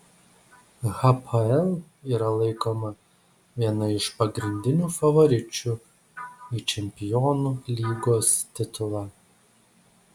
hapoel yra laikoma viena iš pagrindinių favoričių į čempionų lygos titulą